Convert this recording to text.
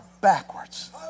backwards